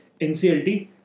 NCLT